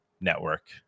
network